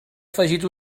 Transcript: afegit